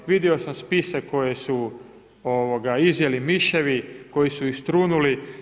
Vidio sam spise koje su izjeli miševi, koji su istrunuli.